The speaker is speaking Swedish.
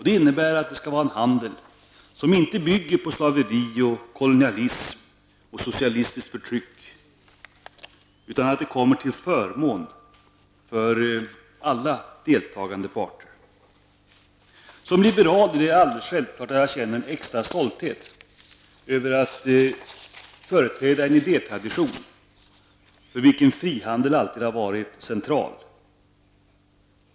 Det innebär att det skall vara en handel som inte bygger på slaveri, kolonialism eller socialistiskt förtryck utan en handel som blir till gagn för alla deltagande parter. Som liberal är det alldeles självklart att jag känner en extra stolthet över att företräda en idétradition för vilken frihandeln alltid varit någonting centralt.